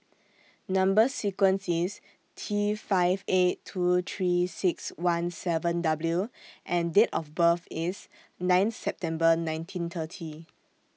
Number sequence IS T five eight two three six one seven W and Date of birth IS nine September nineteen thirty